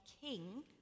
king